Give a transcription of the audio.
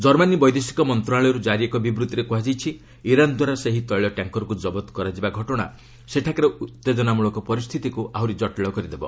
Germany ବୈଦେଶିକ ମନ୍ତ୍ରଣାଳୟରୁ ଜାରି ଏକ ବିବୃତ୍ତିରେ କୁହାଯାଇଛି ଇରାନ୍ ଦ୍ୱାରା ସେହି ତୈଳ ଟ୍ୟାଙ୍କରକୁ ଜବତ କରାଯିବା ଘଟଣା ସେଠାକାର ଉତ୍ତେଜନାମୂଳକ ପରିସ୍ଥିତିକୁ ଆହୁରି କଟିଳ କରିଦେବ